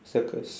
circus